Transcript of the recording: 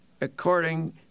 according